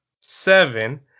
seven